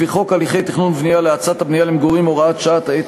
לפי חוק הליכי תכנון ובנייה להאצת הבנייה למגורים (הוראת שעה),